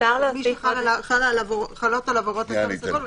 מי שחלות עליו הוראות התו הסגול,